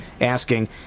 asking